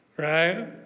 Right